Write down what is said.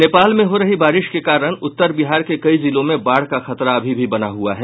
नेपाल में हो रही बारिश के कारण उत्तर बिहार के कई जिलों में बाढ़ का खतरा अभी भी बना हुआ है